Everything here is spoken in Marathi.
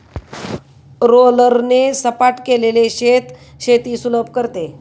रोलरने सपाट केलेले शेत शेती सुलभ करते